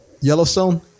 Yellowstone